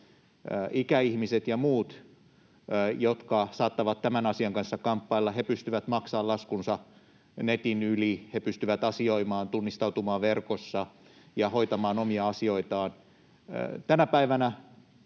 ikäihmiset ja muut, jotka saattavat tämän asian kanssa kamppailla, pystyvät maksamaan laskunsa netin yli, pystyvät asioimaan, tunnistautumaan verkossa ja hoitamaan omia asioitaan. Tänä päivänä